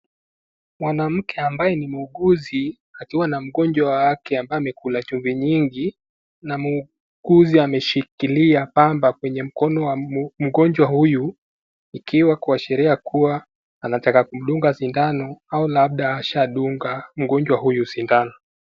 Mwanamke ambaye ni muuguzi akiwa na mgonjwa wake ambaye amekula chumvi nyingi na muuguzi ameshikilia pamba kwenye mkono wa mgonjwa huyu ikiwa kuashiria kuwa anataka kumdunga sindano au labda ashadunga mgonjwa huyu sindano.